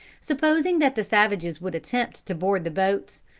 supposing that the savages would attempt to board the boats,